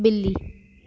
ॿिली